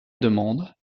demande